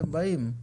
הם כן באים.